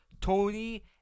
Tony